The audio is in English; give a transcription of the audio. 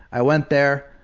i went there,